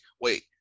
wait